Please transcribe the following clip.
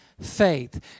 faith